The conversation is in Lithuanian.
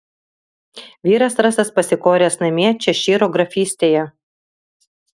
vyras rastas pasikoręs namie češyro grafystėje